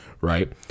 right